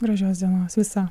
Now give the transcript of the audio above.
gražios dienos viso